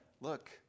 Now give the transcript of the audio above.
Look